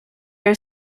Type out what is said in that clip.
are